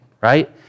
right